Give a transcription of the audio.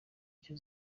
icyo